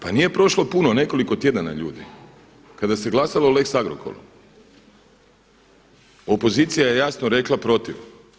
Pa nije prošlo puno, nekoliko tjedana ljudi, kada se glasalo o lex Agrokoru, opozicija je jasno rekla protiv.